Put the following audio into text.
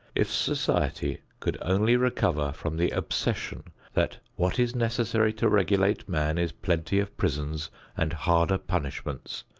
if society could only recover from the obsession that what is necessary to regulate man is plenty of prisons and harder punishments,